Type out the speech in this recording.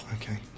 Okay